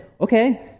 okay